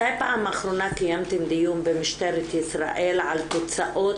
מתי פעם אחרונה קיימתם דיון במשטרת ישראל על תוצאות